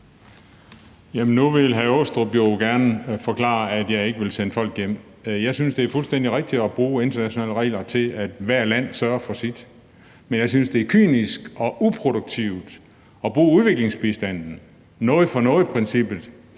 Aastrup Jensen jo gerne forklare det sådan, at jeg ikke vil sende folk hjem. Jeg synes, det er fuldstændig rigtigt at bruge internationale regler til, at hvert land kan sørge for sit, men jeg synes, det er kynisk og uproduktivt at bruge udviklingsbistanden og noget for noget-princippet.